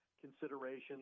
considerations